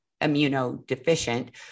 immunodeficient